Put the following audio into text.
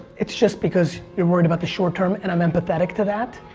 it's just because you're worried about the short term and i'm empathetic to that.